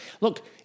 Look